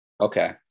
Okay